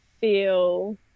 feel